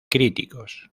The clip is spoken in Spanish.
críticos